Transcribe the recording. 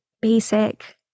basic